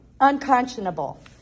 unconscionable